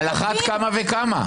על אחת כמה וכמה.